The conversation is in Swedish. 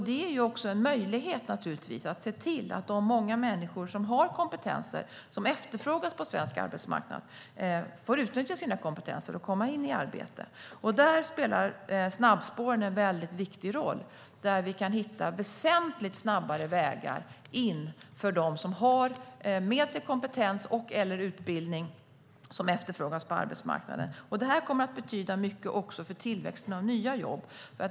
Det är naturligtvis en möjlighet för att se till att de många människor som har kompetenser som efterfrågas på svensk arbetsmarknad får utnyttja sina kompetenser och komma in i arbete. Där spelar snabbspåren en mycket viktig roll. Genom dem kan vi hitta väsentligt snabbare vägar in för dem som har med sig kompetens eller utbildning som efterfrågas på arbetsmarknaden. Det kommer att betyda mycket också för tillväxten av nya jobb.